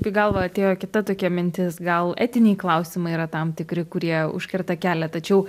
į galvą atėjo kita tokia mintis gal etiniai klausimai yra tam tikri kurie užkerta kelią tačiau